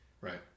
Right